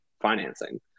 financing